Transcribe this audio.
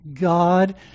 God